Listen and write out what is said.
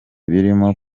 birimo